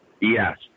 Yes